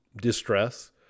distress